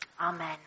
Amen